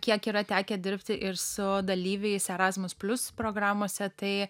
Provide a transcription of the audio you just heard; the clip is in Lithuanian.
kiek yra tekę dirbti ir su dalyviais erasmus plius programose tai